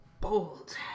bold